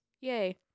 yay